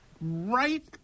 Right